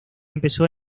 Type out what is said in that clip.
empezó